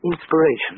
inspiration